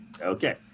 okay